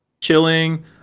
chilling